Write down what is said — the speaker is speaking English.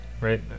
right